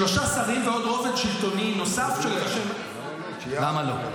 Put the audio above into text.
שלושה שרים ועוד רובד שלטוני נוסף --- למה לא?